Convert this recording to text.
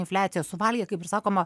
infliacija suvalgė kaip ir sakoma